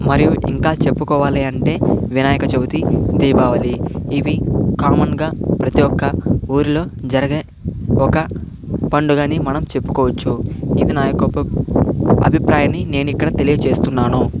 మరియు ఇంకా చెప్పుకోవాలి అంటే వినాయక చవితి దీపావళి ఇవి కామన్ గా ప్రతి ఒక్క ఊరిలో జరిగే ఒక పండుగని మనం చెప్పుకోవచ్చు ఇది నా యొక్క అభిప్రాయాన్ని నేను ఇక్కడ తెలియజేస్తున్నాను